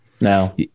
now